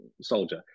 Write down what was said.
soldier